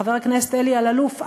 חבר הכנסת אלי אלאלוף,